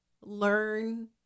learn